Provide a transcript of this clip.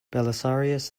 belisarius